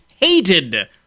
hated